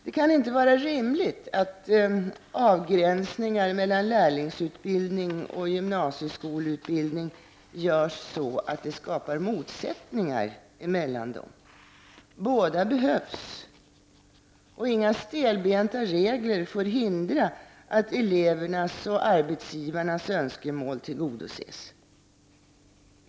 Det kan inte vara rimligt att avgränsningar mellan lärlingsutbildning och gymnasieskolutbildning görs så, att det skapar motsättningar mellan dem. Båda behövs. Inga stelbenta regler får hindra att elevernas och arbetsgivarnas önskemål tillgodoses.